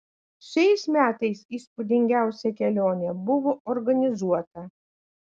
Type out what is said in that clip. šiais metais įspūdingiausia kelionė buvo organizuota